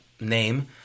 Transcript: name